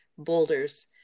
boulders